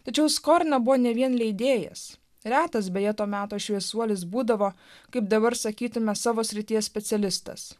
tačiau skorina buvo ne vien leidėjas retas beje to meto šviesuolis būdavo kaip dabar sakytumėme savo srities specialistas